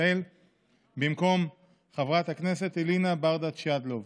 במקום חברת הכנסת אלינה ברדץ' יאלוב,